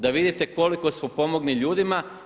Da vidite koliko smo pomogli ljudima.